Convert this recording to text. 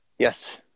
Yes